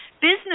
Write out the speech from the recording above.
business